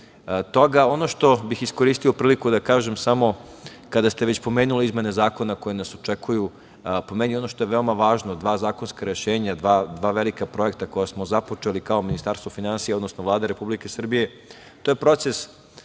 što bih iskoristio priliku da kažem, kada ste već pomenuli izmene zakona koje nas očekuju, po meni ono što je veoma važno, dva zakonska rešenja, dva velika projekta koja smo započeli kao Ministarstvo finansija, odnosno Vlada Republike Srbije, to je proces